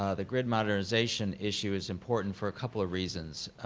ah the grid modernization issue is important for a couple of reasons.